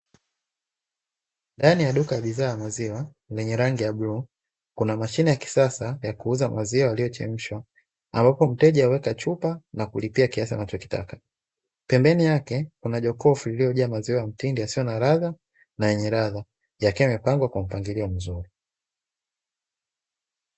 Ndani ya duka la bidhaa ya maziwa lenye rangi ya bluu, kuna mashine ya kisasa ya kuuza maziwa yaliyochemshwa, ambapo mteja uweka chupa na kulipia kiasi anachokitaka. Pembeni yake kuna jokofu lililojaa maziwa ya mtindi, yasio na ladha na yenye ladha, yakiwa yamepangwa kwa mpangilio mzuri.